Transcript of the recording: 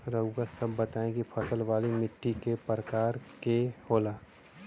रउआ सब बताई कि फसल वाली माटी क प्रकार के होला?